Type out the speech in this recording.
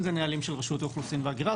אלה נהלים של רשות האוכלוסין וההגירה.